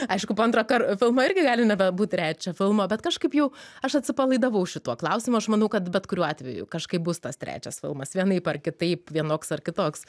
aišku po antro kar filmo irgi gali nebebūt trečio filmo bet kažkaip jau aš atsipalaidavau šituo klausimu aš manau kad bet kuriuo atveju kažkaip bus tas trečias filmas vienaip ar kitaip vienoks ar kitoks